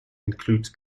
includes